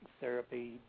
therapy